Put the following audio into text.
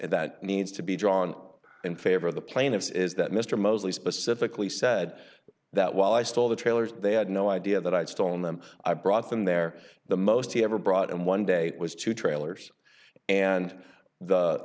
that needs to be drawn in favor of the plaintiffs is that mr mosley specifically said that while i stole the trailers they had no idea that i'd stolen them i brought them there the most he ever brought in one day was two trailers and the